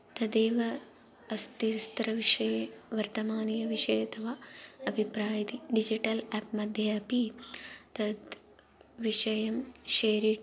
तदेव अस्ति विस्तारविषये वर्तमानीयविषये तव अभिप्रायः इति डिजिटल् एप्मध्ये अपि तत् विषयं शेर् इट्